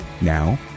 Now